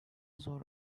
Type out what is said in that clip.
zor